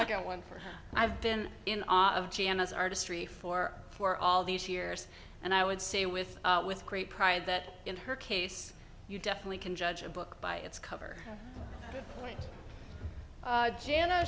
ok one for i've been in awe of janice artistry for for all these years and i would say with with great pride that in her case you definitely can judge a book by its cover jana